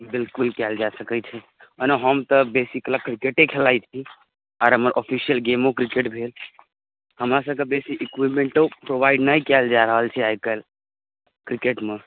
बिल्कुल कएल जा सकै छै ओना हम तऽ बेसीकाल किरकेटे खेलाइ छी आओर हमर ऑफिसियल गेमो किरकेट भेल हमरा सबके बेसी ईक्विपमेन्टो प्रोवाइड नहि कएल जा रहल छै आइ काल्हि किरकेटमे